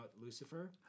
Lucifer